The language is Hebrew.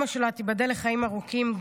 גילי, תיבדל לחיים ארוכים,